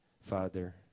Father